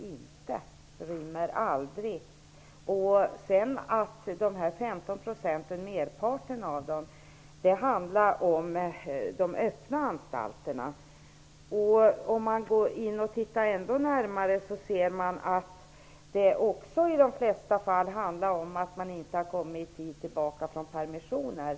När det gäller merparten av de övriga 15 procenten är det fråga om de öppna anstalterna. Om man tittar ännu närmare på det hela ser man att det i de flesta fall handlar om att interner inte har kommit tillbaka i tid från permissioner.